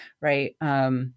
right